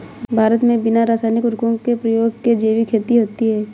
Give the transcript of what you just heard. भारत मे बिना रासायनिक उर्वरको के प्रयोग के जैविक खेती होती है